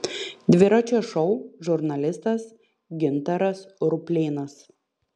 dviračio šou žurnalistas gintaras ruplėnas